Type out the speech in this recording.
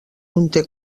conté